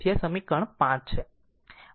તેથી આ સમીકરણ 5 છે